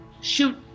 shoot